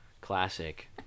Classic